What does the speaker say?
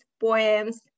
poems